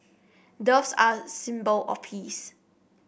doves are a symbol of peace